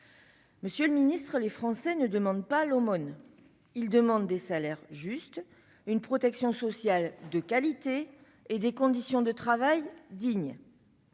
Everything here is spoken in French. Monsieur le ministre, les Français ne demandent pas l'aumône. Ils demandent des salaires justes, une protection sociale de qualité et des conditions de travail dignes.